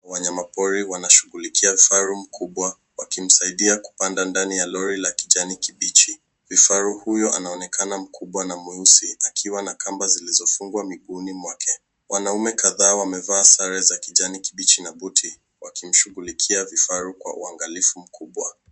Wanyama pori wanashughulikia kifaru mkubwa wakimsaidia kupanda ndani lori ya kijani kibichi. Vifaru huyo anaonekana mkubwa na mweusi akiwa na kamba zilizofungwa miguuni mwake . Wanaume kadhaa wamevaa sare za kijani kibichi na buti wakimshughulikia vifaru kwa uangalifu mkubwa.